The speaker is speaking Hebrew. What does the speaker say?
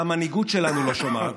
שהמנהיגות שלנו לא שומעת,